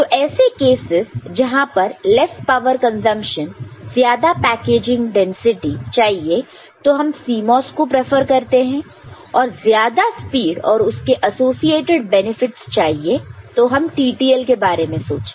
तो ऐसे केसेस जहां पर लेस पावर कंजप्शन ज्यादा पैकेजिंग डेंसिटी चाहिए तो हम CMOS को प्रेफर करते हैं और ज्यादा स्पीड और उसके एसोसिएटेड बेनिफिट चाहिए तो हम TTL के बारे में सोचते हैं